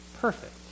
perfect